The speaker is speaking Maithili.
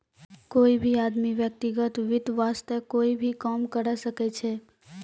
कोई भी आदमी व्यक्तिगत वित्त वास्तअ कोई भी काम करअ सकय छै